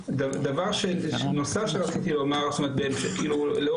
בפתיח בכלל לא נדרשנו להביא את השינוי הזה לוועדת החריגים.